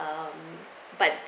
um but